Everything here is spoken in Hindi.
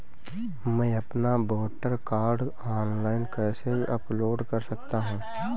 मैं अपना वोटर कार्ड ऑनलाइन कैसे अपलोड कर सकता हूँ?